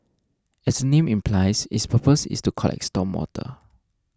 as name implies its purpose is to collect storm water